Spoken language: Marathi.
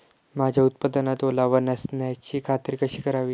माझ्या उत्पादनात ओलावा नसल्याची खात्री कशी करावी?